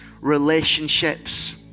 relationships